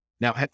Now